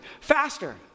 faster